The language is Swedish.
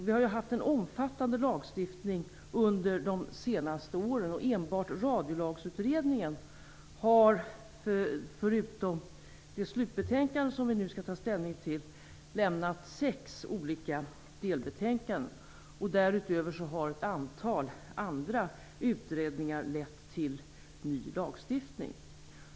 Vi har haft en omfattande lagstiftning under de senaste åren. Enbart Radiolagsutredningen har lämnat sex olika delbetänkanden förutom det slutbetänkande vi nu skall ta ställning till. Därutöver har ett antal andra utredningar lett till ny lagstiftning.